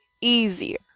easier